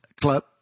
club